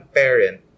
parent